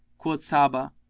quoth sabbah,